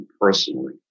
personally